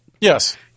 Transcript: yes